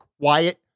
quiet